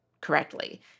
correctly